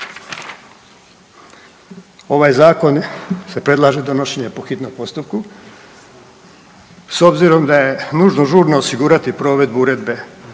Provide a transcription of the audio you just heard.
Ovaj zakon se predlaže donošenje po hitnom postupku, s obzirom da je nužno žurno osigurati provedbu Uredbu